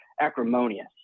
acrimonious